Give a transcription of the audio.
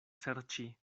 serĉi